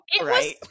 Right